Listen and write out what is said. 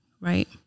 right